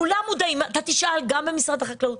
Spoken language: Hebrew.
תשאל גם במשרד החקלאות,